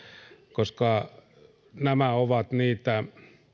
koska nämä ovat niitä